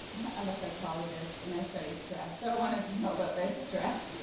i'm a psychologist. and i study stress. so i wanted to know about their stress.